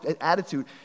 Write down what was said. attitude